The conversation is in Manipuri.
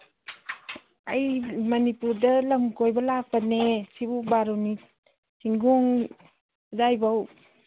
ꯑꯩ ꯃꯅꯤꯄꯨꯔꯗ ꯂꯝ ꯀꯣꯏꯕ ꯂꯥꯛꯄꯅꯦ ꯁꯤꯕꯨ ꯕꯥꯔꯨꯅꯤ ꯆꯤꯡꯒꯣꯡ ꯑꯗꯥꯏꯕꯨꯛ